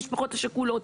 המשפחות השכולות,